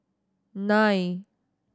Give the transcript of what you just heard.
nine